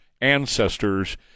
ancestors